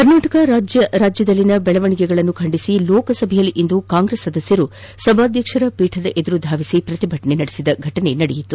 ಕರ್ನಾಟಕ ರಾಜ್ಯ ರಾಜಕೀಯದಲ್ಲಿನ ಬೆಳವಣಿಗೆಗಳನ್ನು ಖಂಡಿಸಿ ಲೋಕಸಭೆಯಲ್ಲಿ ಇಂದು ಕಾಂಗ್ರೆಸ್ ಸದಸ್ಯರು ಸಭಾಧ್ಯಕ್ಷರ ಮುಂದಿನ ಸ್ಥಳಕ್ಕೆ ಧಾವಿಸಿ ಪ್ರತಿಭಟನೆ ನಡೆಸಿದರು